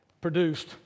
produced